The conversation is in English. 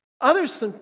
Others